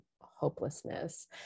hopelessness